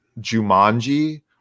jumanji